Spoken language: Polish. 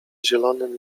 zielonym